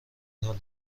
حال